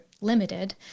limited